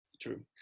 True